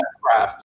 craft